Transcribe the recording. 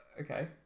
Okay